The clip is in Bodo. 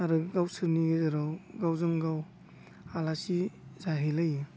आरो गावसोरनि राव गावजों गाव आलासि जाहैलाइयो